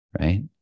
right